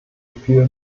für